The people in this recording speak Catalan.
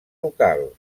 ducal